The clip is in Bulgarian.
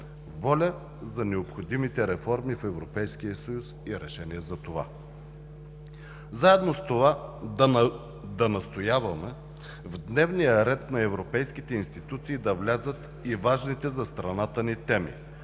воля за необходимите реформи в Европейския съюз и решения за това. Заедно с това да настояваме в дневния ред на европейските институции да влязат и важните за страната ни теми